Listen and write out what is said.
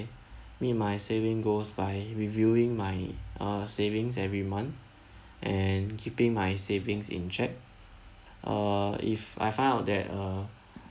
meet my saving goals by reviewing my uh savings every month and keeping my savings in check uh if I find out that uh